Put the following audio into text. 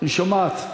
היא שומעת.